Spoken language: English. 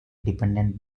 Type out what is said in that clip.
dependent